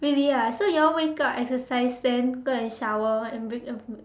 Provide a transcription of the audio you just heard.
really ah so you all wake up exercise then go and shower and bring uh